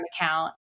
account